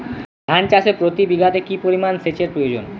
ধান চাষে প্রতি বিঘাতে কি পরিমান সেচের প্রয়োজন?